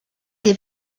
des